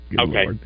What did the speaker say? Okay